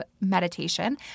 meditation